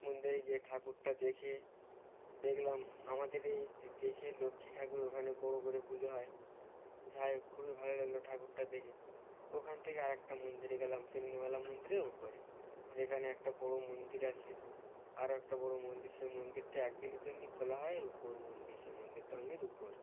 মন্দিরে গিয়ে ঠাকুরটা দেখে দেখলাম আমাদের এই দেশে লক্ষ্মী ঠাকুর ওখানে বড়ো করে পুজো হয় যাইহোক খুবই ভালো লাগলো ঠাকুরটা দেখে ওখান থেকে আরেকটা মন্দিরে গেলাম সিন্নিমালা মন্দিরের উপরে যেখানে একটা বড়ো মন্দির আছে আরও একটা বড়ো মন্দির সেই মন্দিরটা একদিনের জন্যই খোলা হয় রুপোর মন্দির সেই মন্দিরটা ওনলি রুপোর